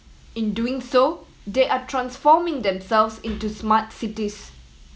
in doing so they are transforming themselves into smart cities